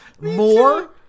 more